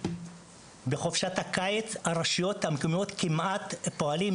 בחופשת הקיץ הרשויות המקומיות מפעילות